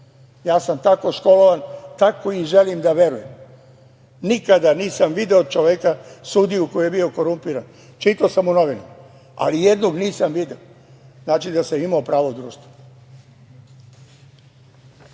Ja sam tako školovan, tako i želim da verujem. Nikada nisam video čoveka sudiju koji je bio korumpiran. Čitao sam u novinama, ali nijednog nisam video. Znači da sam imao pravo društvo. Imamo